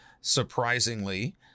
surprisingly